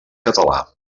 català